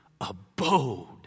abode